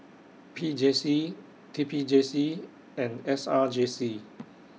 P J C T P J C and S R J C